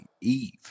Eve